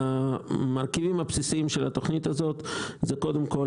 המרכיבים הבסיסיים של התוכנית הזו הם: קודם כול,